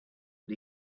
but